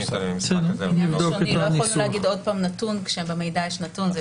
לא יכולנו להגיד עוד פעם נתון כשבמידע יש נתון.